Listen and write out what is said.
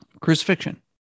crucifixion